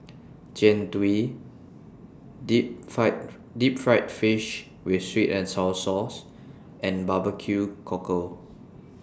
Jian Dui Deep Fried Deep Fried Fish with Sweet and Sour Sauce and Barbecue Cockle